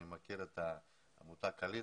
אני מכיר את העמותה קעליטה,